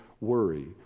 worry